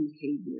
behavior